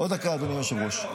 עוד דקה, אדוני היושב-ראש.